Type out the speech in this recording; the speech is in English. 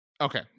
Okay